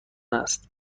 است